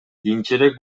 кийинчерээк